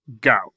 go